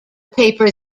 paper